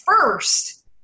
first